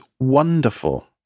Wonderful